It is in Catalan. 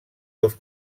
dos